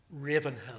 Ravenhill